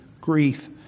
grief